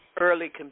early